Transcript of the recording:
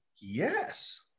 Yes